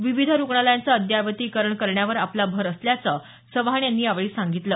विविध रुग्णालयांचं अद्यावतीकरण करण्यावर आपला भर असल्याचं चव्हाण यांनी यावेळी सांगितलं